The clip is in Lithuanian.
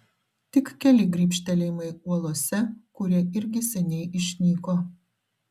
tik keli grybštelėjimai uolose kurie irgi seniai išnyko